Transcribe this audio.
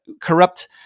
corrupt